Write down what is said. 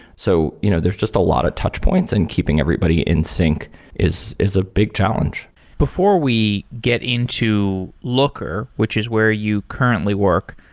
so you know there's just a lot of touch points and keeping everybody in sync is is a big challenge before we get into looker, which is where you currently work,